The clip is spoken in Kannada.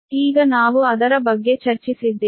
ಈಗ ನಾವು ಅದರ ಬಗ್ಗೆ ಚರ್ಚಿಸಿದ್ದೇವೆ